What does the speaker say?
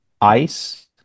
ice